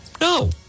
No